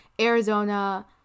Arizona